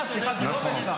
תושב עוטף עזה.